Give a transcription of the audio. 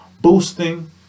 boosting